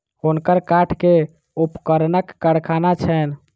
हुनकर काठ के उपकरणक कारखाना छैन